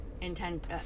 intent